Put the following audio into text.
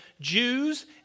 Jews